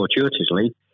fortuitously